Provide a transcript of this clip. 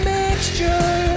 mixture